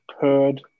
Heard